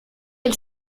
del